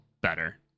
better